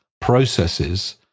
processes